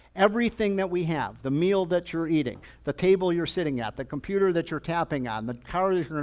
everything that we have, the meal that you're eating, the table you're sitting at, the computer that you're tapping on, the car, that you're and